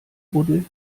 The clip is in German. buddel